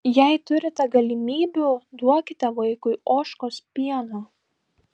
jei turite galimybių duokite vaikui ožkos pieno